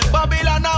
Babylon